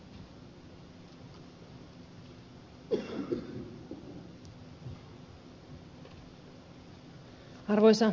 arvoisa puhemies